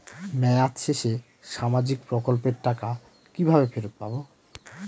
মেয়াদ শেষে সামাজিক প্রকল্পের টাকা কিভাবে ফেরত পাবো?